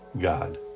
God